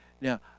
Now